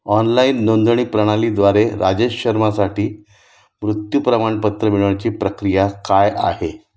online नोंदणी प्रणालीद्वारे राजेश शर्मासाठी मृत्यू प्रमाणपत्र मिळवण्याची प्रक्रिया काय आहे